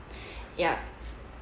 yup